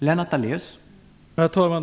Herr talman!